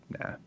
nah